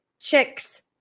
Chicks